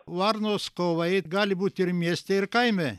varnos kovai gali būti ir mieste ir kaime